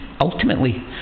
ultimately